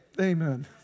Amen